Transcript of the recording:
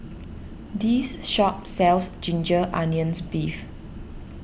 this shop sells Ginger Onions Beef